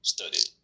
Studied